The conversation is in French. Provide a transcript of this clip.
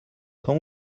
quand